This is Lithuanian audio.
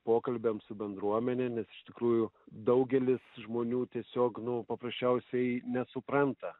pokalbiams su bendruomenėmis iš tikrųjų daugelis žmonių tiesiog nu paprasčiausiai nesupranta